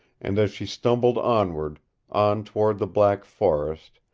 and as she stumbled onward on toward the black forest,